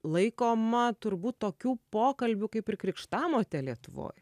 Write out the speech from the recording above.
laikoma turbūt tokių pokalbių kaip ir krikštamote lietuvoj